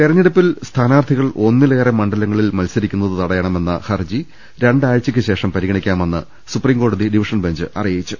തിരഞ്ഞെടുപ്പിൽ സ്ഥാനാർഥികൾ ഒന്നിലേറെ മണ്ഡലങ്ങളിൽ മത്സ രിക്കുന്നത് തടയണമെന്ന ഹർജി രണ്ടാഴ്ചയ്ക്കുശേഷം പരിഗണിക്കാ മെന്ന് സുപ്രീംകോടതി ഡിവിഷൻബെഞ്ച് അറിയിച്ചു